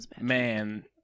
man